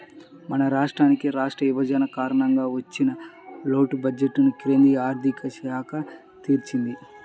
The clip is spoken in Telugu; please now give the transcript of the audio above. మన రాష్ట్రానికి రాష్ట్ర విభజన కారణంగా వచ్చిన లోటు బడ్జెట్టుని కేంద్ర ఆర్ధిక శాఖ తీర్చింది